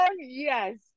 yes